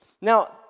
Now